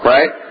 Right